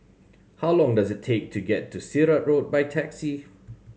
how long does it take to get to Sirat Road by taxi